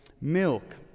milk